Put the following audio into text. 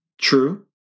True